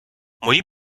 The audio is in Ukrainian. мої